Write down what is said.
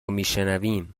میشنویم